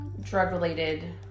drug-related